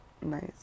nice